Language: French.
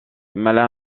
mala